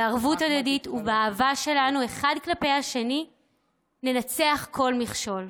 בערבות הדדית ובאהבה שלנו אחד כלפי השני ננצח כל מכשול,